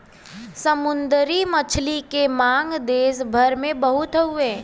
समुंदरी मछली के मांग देस भर में बहुत हौ